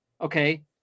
Okay